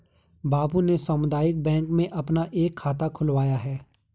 बाबू ने सामुदायिक बैंक में अपना एक खाता खुलवाया है